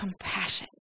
compassion